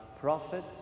prophet